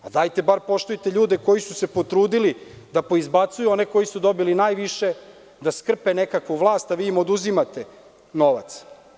Dajte bar poštujte ljude koji su se potrudili da poizbacuju one koji su dobili najviše da skrpe nekakvu vlast, a vi im oduzimate novac.